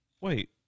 Wait